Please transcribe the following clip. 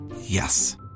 Yes